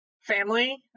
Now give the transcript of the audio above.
family